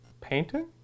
Painting